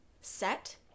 set